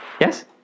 Yes